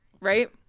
Right